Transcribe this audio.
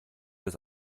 das